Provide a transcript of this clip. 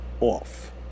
off